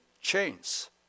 chains